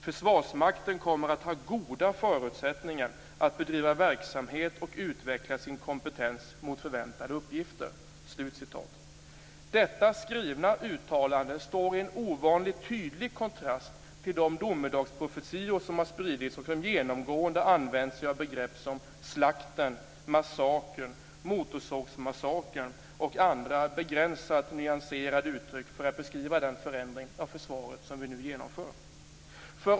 Försvarsmakten kommer att ha goda förutsättningar att bedriva verksamhet och utveckla sin kompetens mot förväntade uppgifter." Detta skrivna uttalande står i en ovanligt tydlig kontrast till de domedagsprofetior som har spridits och där det genomgående används begrepp som "slakten", "massaker", "motorsågsmassaker" och andra begränsat nyanserade uttryck för att beskriva den förändring av försvaret som vi nu genomför.